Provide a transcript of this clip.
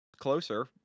closer